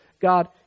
God